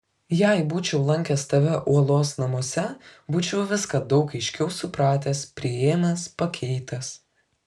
jei būčiau lankęs tave uolos namuose būčiau viską daug aiškiau supratęs priėmęs pakeitęs